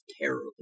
terrible